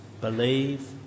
believe